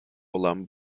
olan